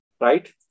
right